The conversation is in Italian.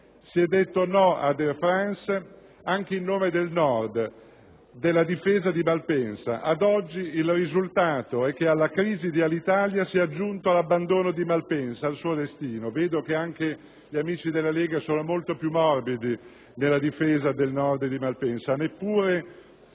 Si è detto no ad Air France, anche in nome del Nord, della difesa di Malpensa. Ad oggi il risultato è che alla crisi di Alitalia si è aggiunto l'abbandono di Malpensa al suo destino (noto che anche gli amici della Lega sono molto più morbidi nella difesa del Nord e di Malpensa).